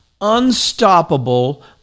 unstoppable